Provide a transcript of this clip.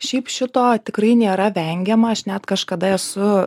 šiaip šito tikrai nėra vengiama aš net kažkada esu